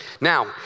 Now